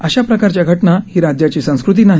अशाप्रकारच्या घटना ही राज्याची संस्कृती नाही